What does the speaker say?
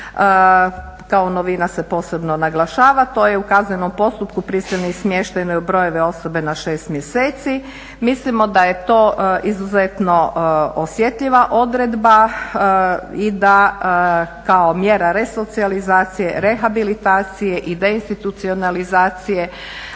kao novina se posebno naglašava to je u kaznenom postupku prisilni smještaj neubrojive osobe na 6 mjeseci. Mislimo da je to izuzetno osjetljiva odredba i da kao mjera resocijalizacije, rehabilitacije i deinstitucionalizacije